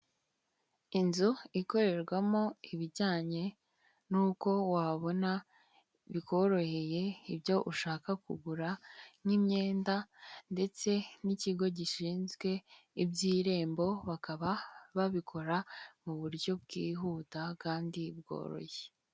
Inzu ikorerwamo ibijyanye n'uko wabona bikoroheye ibyo ushaka kugura nk'imyenda, ndetse n'ikigo gishinzwe iby'irembo, bakaba babikora mu buryo bwihuta kandi bworoshye.